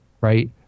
right